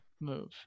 move